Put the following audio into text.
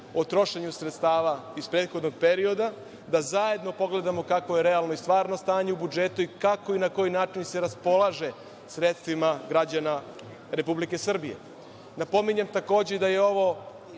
o trošenju sredstava iz prethodnog perioda, da zajedno pogledamo kakvo je realno i stvarno stanje u budžetu i kako i na koji način se raspolaže sredstvima građana Republike Srbije. Napominjem, takođe, da je ovo